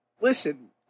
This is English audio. Listen